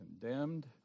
condemned